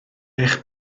eich